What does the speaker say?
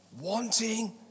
Wanting